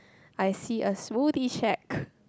I see a smoothie shack